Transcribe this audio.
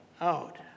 out